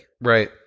Right